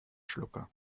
schlucker